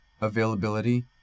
availability